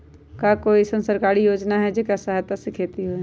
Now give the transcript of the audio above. का कोई अईसन सरकारी योजना है जेकरा सहायता से खेती होय?